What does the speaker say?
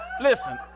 listen